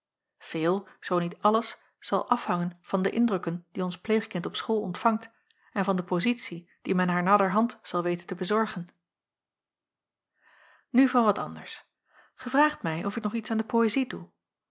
veel zoo niet alles zal afhangen van de indrukken die ons pleegkind op school ontvangt en van de pozitie die men haar naderhand zal weten te bezorgen nu van wat anders gij vraagt mij of ik nog iets aan de poëzie doe